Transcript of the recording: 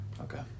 Okay